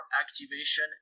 activation